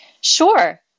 Sure